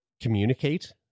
communicate